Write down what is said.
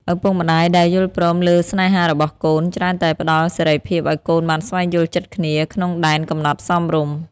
ឪពុកម្ដាយដែលយល់ព្រមលើស្នេហារបស់កូន ច្រើនតែផ្ដល់សេរីភាពឱ្យកូនបានស្វែងយល់ចិត្តគ្នា ក្នុងដែនកំណត់សមរម្យ។